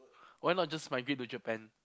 why not just migrate to Japan